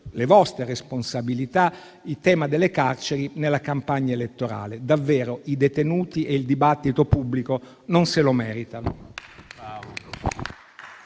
le vostre responsabilità, di usare il tema delle carceri nella campagna elettorale: i detenuti e il dibattito pubblico non se lo meritano